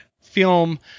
film